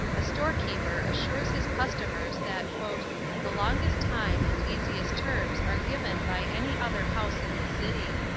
a store-keeper assures his customers that the longest time and easiest terms are given by any other house in the city.